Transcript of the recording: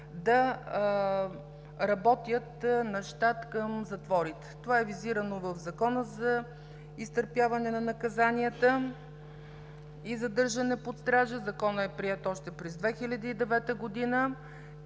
да работят на щат към затворите. Това е визирано в Закона за изтърпяване на наказанията и задържане под стража. Законът е приет още през 2009 г. и